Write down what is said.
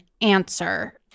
answer